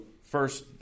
first